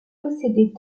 possédait